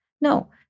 No